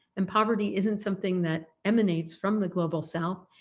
and poverty isn't something that emanates from the global south.